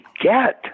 get